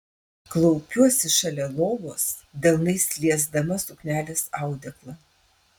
klaupiuosi šalia lovos delnais liesdama suknelės audeklą